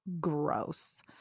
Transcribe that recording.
gross